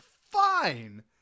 fine